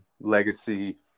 legacy